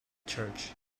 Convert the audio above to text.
church